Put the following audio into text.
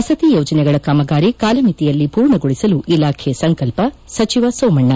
ವಸತಿ ಯೋಜನೆಗಳ ಕಾಮಗಾರಿ ಕಾಲಮಿತಿಯಲ್ಲಿ ಪೂರ್ಣಗೊಳಿಸಲು ಇಲಾಖೆ ಸಂಕಲ್ಪ ಸಚಿವ ಸೋಮಣ್ಣ